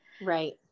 Right